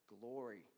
glory